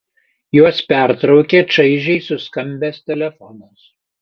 juos pertraukė čaižiai suskambęs telefonas